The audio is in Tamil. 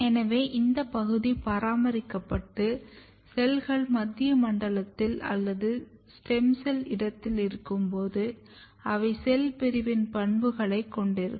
எனவே இந்த பகுதி பராமரிக்கப்பட்டு செல்கள் மத்திய மண்டலத்தில் அல்லது ஸ்டெம் செல் இடத்தில் இருக்கும்போது அவை செல் பிரிவின் பண்புகளைக் கொண்டிருக்கும்